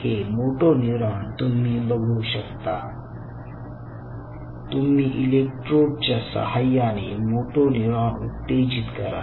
हे motor neuron तुम्ही बघू शकता तुम्ही इलेक्ट्रोड च्या सहाय्याने मोटो न्यूरॉन उत्तेजित करा